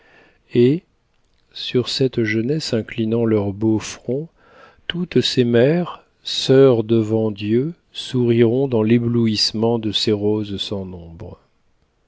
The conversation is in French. et sur cette jeunesse inclinant leur beau front toutes ces mères sœurs devant dieu souriront dans l'éblouissement de ces roses sans nombre